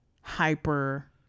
hyper